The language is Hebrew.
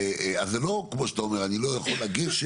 אז זה לא כמו שאתה אומר אני לא יכול לגשת.